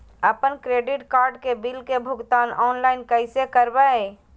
अपन credit card के bill के भुगतान ऑनलाइन कैसे करबैय?